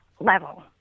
level